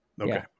okay